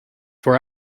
for